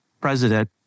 president